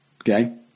Okay